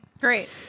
Great